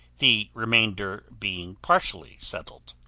the remainder being partially settled.